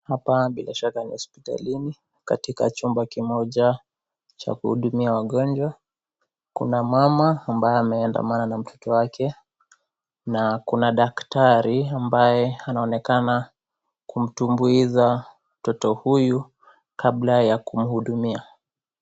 Hapa bila shaka ni hospitalini katika chumba kimoja cha kuhudumia wagonjwa. Kuna mama ambaye ameandamana na mtoto wake na kuna daktari ambaye anaonekana kumtumbuiza mtoto huyu kabla ya kumhudumia.